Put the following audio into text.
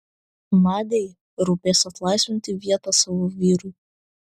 nadiai rūpės atlaisvinti vietą savo vyrui